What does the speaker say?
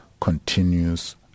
continues